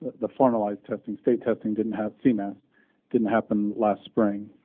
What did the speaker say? the formalized testing state testing didn't have. cmas didn't happen last spring.